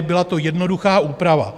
Byla to jednoduchá úprava.